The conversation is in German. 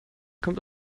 kommt